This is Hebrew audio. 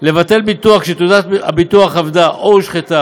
לבטל ביטוח כשתעודת הביטוח אבדה או הושחתה